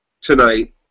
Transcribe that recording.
tonight